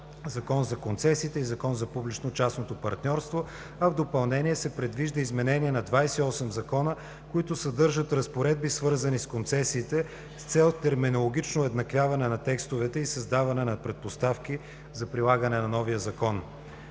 Закон за концесиите, който да обедини действащите ЗК и ЗПЧП, а в допълнение се предвижда изменение на 28 закона, които съдържат разпоредби, свързани с концесиите, с цел терминологично уеднаквяване на текстовете и създаване на предпоставки за прилагане на новия закон.